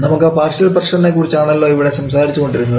നമ്മൾ partial pressure നെക്കുറിച്ച് ആണല്ലോ ഇവിടെ സംസാരിച്ചുകൊണ്ടിരുന്നത്